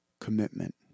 commitment